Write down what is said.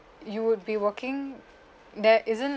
you would be working there isn't